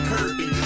Kirby